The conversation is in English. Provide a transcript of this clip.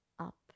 up